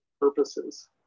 purposes